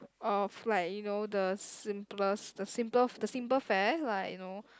of like you know the simplest the simple the simple fare like you know